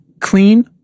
clean